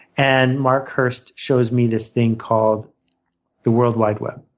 and mark hurst shows me this thing called the worldwide web.